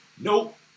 Nope